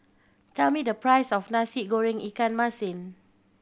tell me the price of Nasi Goreng ikan masin